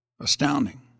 Astounding